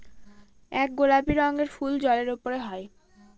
এক গোলাপি রঙের ফুল জলের উপরে হয়